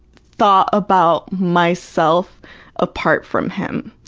thought about myself apart from him,